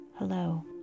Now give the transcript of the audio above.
Hello